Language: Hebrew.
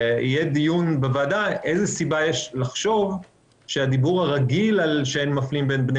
יהיה דיון בוועדה איזו סיבה יש לחשוב שהדיבור הרגיל שאין מפלים בין בני